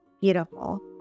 beautiful